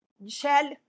Michelle